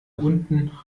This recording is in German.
unten